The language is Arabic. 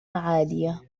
عالية